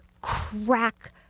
crack